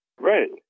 Right